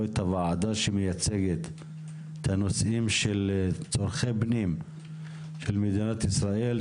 את הוועדה שמייצגת את הנושאים של צורכי פנים של מדינת ישראל,